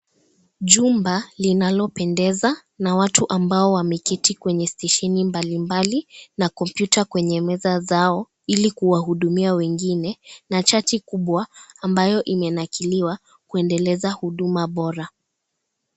Jumba linalopendeza na watu ambao wameketi kwenye stesheni malimbali, na kompyuta kwenye meza zao ili kuwahudumia wengine, na chati kubwa ambayo imenakiriwa kuendeleza huduma bora.